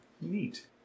neat